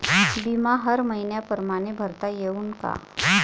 बिमा हर मइन्या परमाने भरता येऊन का?